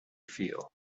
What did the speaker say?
feel